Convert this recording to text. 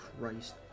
Christ